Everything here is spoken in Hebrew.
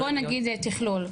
אפרופו נגיד תכלול,